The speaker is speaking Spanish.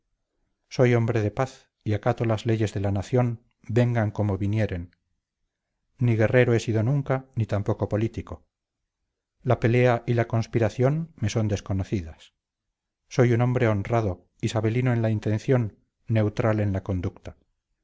soy hombre de paz y acato las leyes de la nación vengan como vinieren ni guerrero he sido nunca ni tampoco político la pelea y la conspiración me son desconocidas soy un hombre honrado isabelino en la intención neutral en la conducta